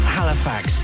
Halifax